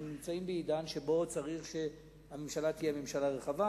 אנחנו נמצאים בעידן שבו צריך שהממשלה תהיה ממשלה רחבה.